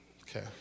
Okay